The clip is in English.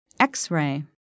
X-ray